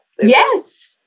Yes